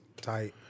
tight